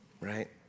Right